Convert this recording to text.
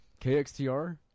KXTR